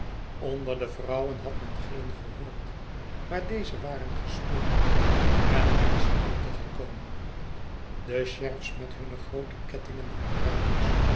onder de vrouwen had men gillen gehoord maar deze waren gesmoord en er was stilte gekomen de sh erifs met hunne groote kettingen en ruikers